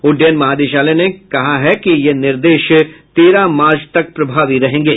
उड्डयन महानिदेशालय ने कहा कि यह निर्देश तेरह मार्च तक प्रभावी रहेंगे